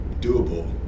doable